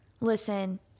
listen